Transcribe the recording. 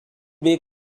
bay